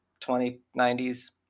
2090s